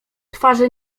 twarzy